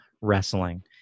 wrestling